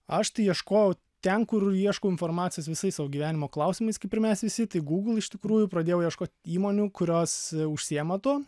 aš tai ieškojau ten kur ieškau informacijos visais savo gyvenimo klausimais kaip ir mes visi tai google iš tikrųjų pradėjau ieškot įmonių kurios užsiima tuo